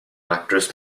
actress